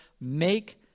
make